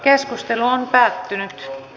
keskustelu päättyi